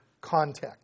context